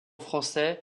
français